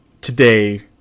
today